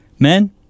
Men